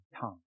tongue